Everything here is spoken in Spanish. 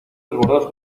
desbordados